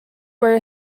were